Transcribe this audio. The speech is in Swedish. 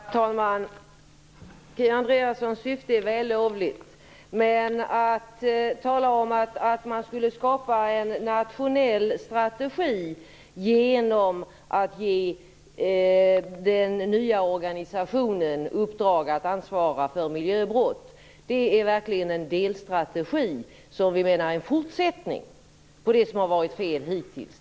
Herr talman! Kia Andreassons syfte är vällovligt. Men att tala om att man skulle skapa en nationell strategi genom att ge den nya organisationen uppdrag att ansvara för miljöbrott är verkligen en delstrategi, som vi menar är en fortsättning på det som har varit fel hittills.